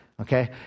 Okay